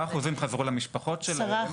10% חזרו למשפחות שלהם.